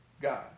God